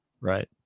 Right